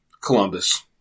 Columbus